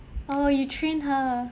oh you train her